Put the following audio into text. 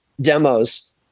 demos